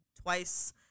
twice